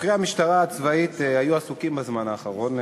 חוקרי המשטרה הצבאית היו עסוקים בזמן האחרון.